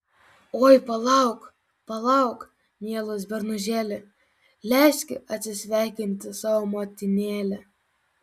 oi palauk palauk mielas bernužėli leiski atsisveikinti savo motinėlę